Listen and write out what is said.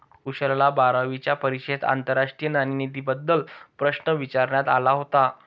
कुशलला बारावीच्या परीक्षेत आंतरराष्ट्रीय नाणेनिधीबद्दल प्रश्न विचारण्यात आला होता